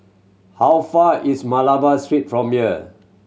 how far is Malabar Street from here